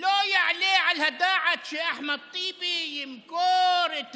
שלא יעלה על הדעת שאחמד טיבי ימכור את